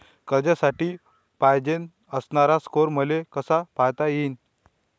कर्जासाठी पायजेन असणारा स्कोर मले कसा पायता येईन?